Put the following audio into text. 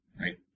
right